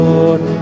Lord